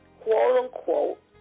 quote-unquote